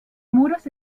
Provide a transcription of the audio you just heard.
muros